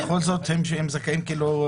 אבל זה בכל זאת הם זכאים --- לא,